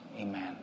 Amen